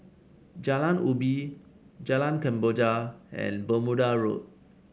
Jalan Ubi Jalan Kemboja and Bermuda Road